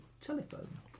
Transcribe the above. telephone